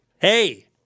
Hey